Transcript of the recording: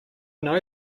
know